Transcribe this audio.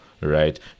right